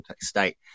state